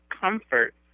comfort